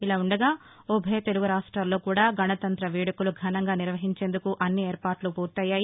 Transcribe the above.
ఇలా వుండగా ఉభయ తెలుగు రాష్ట్లాల్లో కూడా గణతంత్ర వేదుకలు ఘనంగా నిర్వహించేందుకు అన్ని ఏర్పాట్లు పూర్తయ్యాయి